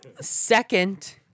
Second